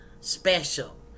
special